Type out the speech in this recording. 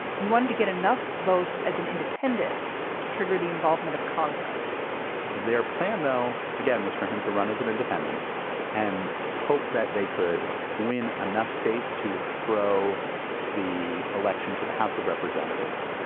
he wanted to get enough votes as an independent to trigger the involvement of congress their plan, though, again, was for him to run as an independent and hope that they could win enough states to throw the election to the house of representatives